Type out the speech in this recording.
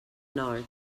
know